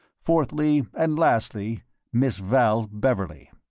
fourthly and lastly miss val beverley.